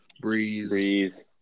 Breeze